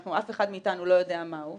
שאף אחד מאיתנו לא יודע מה הוא,